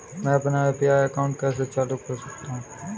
मैं अपना UPI account कैसे चालू कर सकता हूँ?